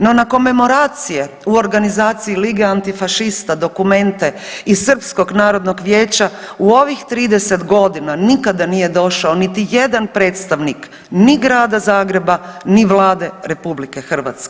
No, na komemoracije u organizaciji lige antifašista dokumente i Srpskog narodnog vijeća u ovih 30 godina nikada nije došao niti jedan predstavnik ni grada Zagreba, ni Vlade RH.